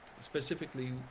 specifically